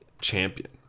Champion